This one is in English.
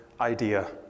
idea